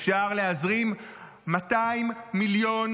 אפשר להזרים 200 מיליון